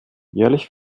jährlich